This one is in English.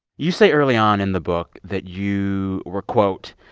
you say early on in the book that you were, quote,